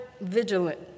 vigilant